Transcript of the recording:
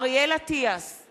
מצביע אריאל אטיאס,